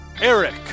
Eric